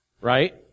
right